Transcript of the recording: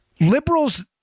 Liberals